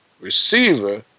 receiver